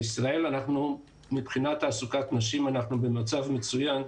בישראל, מבחינת תעסוקת נשים, אנחנו במצב מצוין.